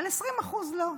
על 20% לא.